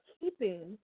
keeping